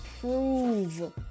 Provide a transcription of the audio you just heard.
prove